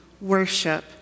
worship